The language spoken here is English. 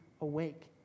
awake